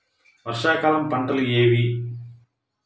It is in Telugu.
వర్షాకాలం పంటలు ఏవి?